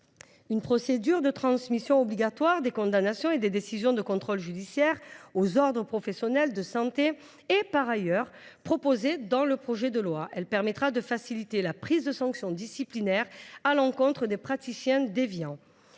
une procédure de transmission obligatoire des condamnations et des décisions de contrôle judiciaire aux ordres professionnels de santé, qui permettra de faciliter la prise de sanctions disciplinaires à l’encontre des praticiens déviants.